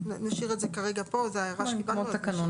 נשאיר את זה כרגע פה, זו הערה שקיבלנו, אבל נשאיר.